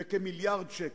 בכמיליארד שקל.